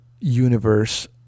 universe